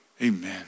Amen